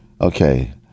Okay